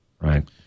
Right